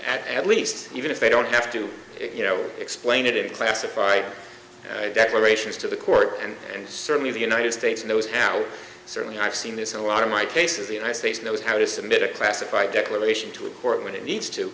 at least even if they don't have to you know explain it in a classified declarations to the court and certainly the united states knows how certainly i've seen this in a lot of my cases the united states knows how to submit a classified declaration to a court when it needs to